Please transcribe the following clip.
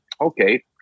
okay